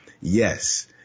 yes